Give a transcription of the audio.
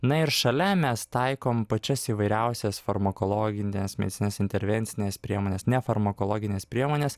na ir šalia mes taikom pačias įvairiausias farmakologines medicinines intervencines priemones nefarmakologinės priemonės